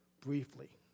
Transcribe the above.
briefly